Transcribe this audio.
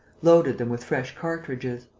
loaded them with fresh cartridges.